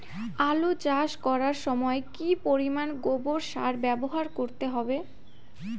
আলু চাষ করার সময় কি পরিমাণ গোবর সার ব্যবহার করতে হবে?